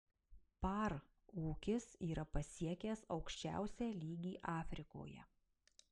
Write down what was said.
par ūkis yra pasiekęs aukščiausią lygį afrikoje